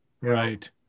Right